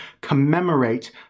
commemorate